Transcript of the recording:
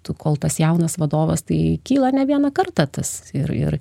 tu kol tas jaunas vadovas tai kyla ne vieną kartą tas ir ir